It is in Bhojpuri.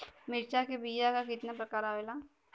मिर्चा के बीया क कितना प्रकार आवेला?